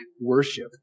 worship